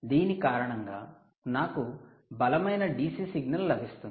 దీని కారణంగా నాకు బలమైన DC సిగ్నల్ లభిస్తుంది